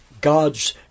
God's